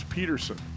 Peterson